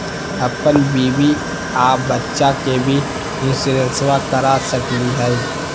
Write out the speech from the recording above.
अपन बीबी आ बच्चा के भी इंसोरेंसबा करा सकली हय?